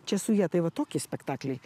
čia su ja tai va toki spektakliai